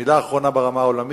מלה אחרונה ברמה העולמית.